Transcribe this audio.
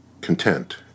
content